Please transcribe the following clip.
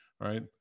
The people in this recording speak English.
right